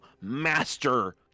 master